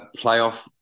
playoff